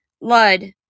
Lud